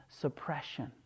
suppression